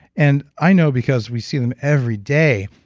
and i know because we see them every day,